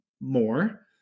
more